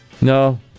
No